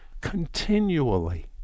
continually